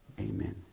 Amen